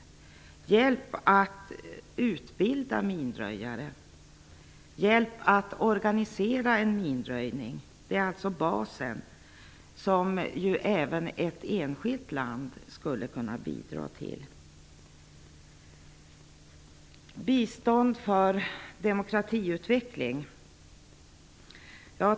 Det behövs hjälp att utbilda minröjare och att organisera en minröjning. Den basen skulle även ett enskilt land kunna bidra till. Sedan till frågan om bistånd för demokratiutveckling.